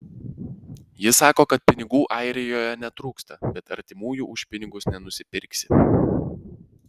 ji sako kad pinigų airijoje netrūksta bet artimųjų už pinigus nenusipirksi